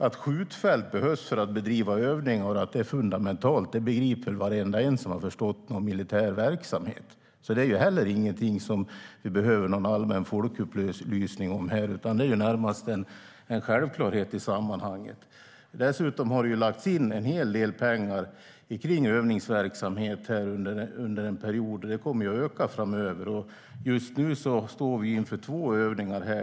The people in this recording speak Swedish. Att skjutfält behövs för att bedriva övningar och att det är fundamentalt begriper väl varenda en som har förstått något om militär verksamhet. Det är heller inte något som vi behöver allmän folkupplysning om här, utan det är närmast en självklarhet i sammanhanget. Man har dessutom lagt en hel del pengar på övningsverksamhet under en period, och det kommer att öka framöver. Just nu står vi inför två övningar.